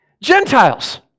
Gentiles